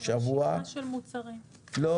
ISO המתפרסם באתר האינטרנט של ארגון התקינה